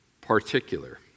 particular